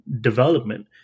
development